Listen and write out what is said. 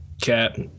Cat